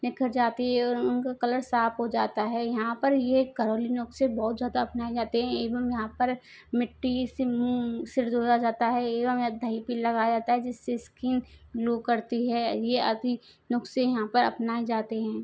निखर जाती है और उनका कलर साफ़ हो जाता है यहाँ पर यह घरेलु नुस्खे बहुत ज़्यादा अपनाए जाते हैं एवं यहां पर मिट्टी से मुँह सिर धोया जाता है एवं दहीं भी लगाया जाता है जिससे स्किन गलो करती है ये आदि नुस्खे यहाँ पे अपनाए जाते हैं